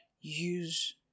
use